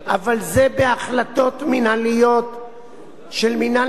אבל זה בהחלטות מינהליות של מינהל